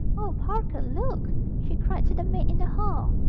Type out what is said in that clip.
oh, parker, look she cried to the maid in the hall,